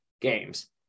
games